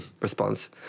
response